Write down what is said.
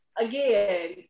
again